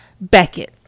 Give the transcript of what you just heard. beckett